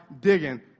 digging